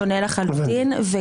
שונה לחלוטין,